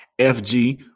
FG